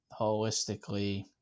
holistically